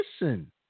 listen